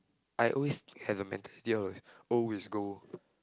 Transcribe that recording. I always have the mentality of like old is gold